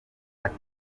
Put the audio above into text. ati